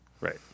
right